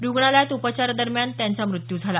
रुग्णालयात उपचारादरम्यान त्यांचा मृत्यू झाला